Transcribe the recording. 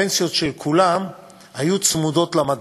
הפנסיות של כולם היו צמודות למדד.